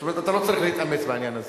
זאת אומרת, אתה לא צריך להתאמץ בעניין הזה.